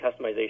customization